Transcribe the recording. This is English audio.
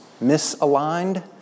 misaligned